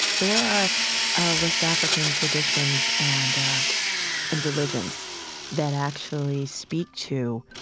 there are west african traditions and and religions that actually speak to,